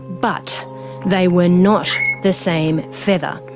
but they were not the same feather.